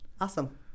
Awesome